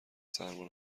سرما